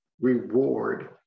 reward